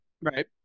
right